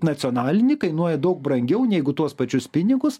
nacionalinį kainuoja daug brangiau negu tuos pačius pinigus